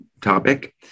topic